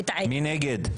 מי נגד?